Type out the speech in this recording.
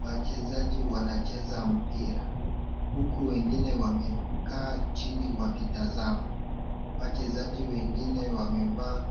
Wachezaji wanacheza mpira huku wengine wamekaa chini wakitazama. Wachezaji wengine wamevaa